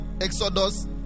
Exodus